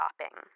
shopping